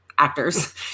actors